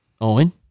Owen